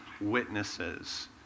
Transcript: witnesses